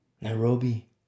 Nairobi